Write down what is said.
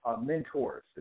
mentors